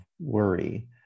worry